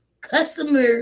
Customer